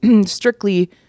strictly